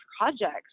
projects